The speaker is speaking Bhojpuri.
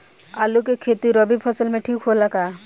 आलू के खेती रबी मौसम में ठीक होला का?